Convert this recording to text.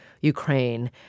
Ukraine